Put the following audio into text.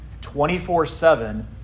24-7